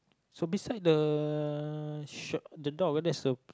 so beside the uh door where that's a